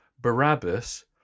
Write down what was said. Barabbas